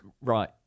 right